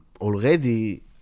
already